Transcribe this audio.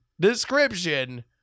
description